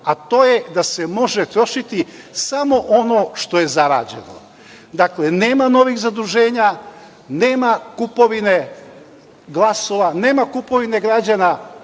to je da se može trošiti samo ono što je zarađeno. Dakle, nema novih zaduženja, nema kupovine glasova, nema kupovine građana,